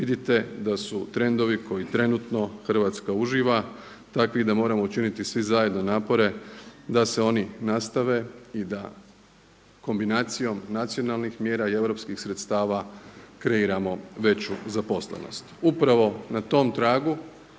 vidite da su trendovi koje trenutno Hrvatska uživa takvi da moramo učiniti svi zajedno napore da se oni nastave i da kombinacijom nacionalnih mjera i europskih sredstava kreiramo veću zaposlenost. Upravo na tom tragu